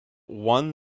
won